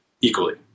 equally